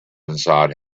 inside